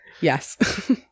yes